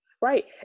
Right